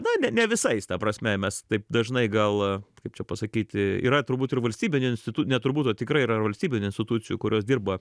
na ne ne visais ta prasme mes taip dažnai gal kaip čia pasakyti yra turbūt ir valstybinių institu ne turbūt o tikrai yra ir valstybinių institucijų kurios dirba